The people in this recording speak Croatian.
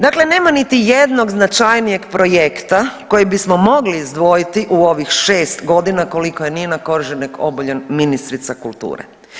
Dakle, nema niti jednog značajnijeg projekta koji bismo mogli izdvojiti u ovih šest godina koliko je Nina Koržinek Obuljen ministrica kulture.